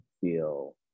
feel